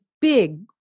big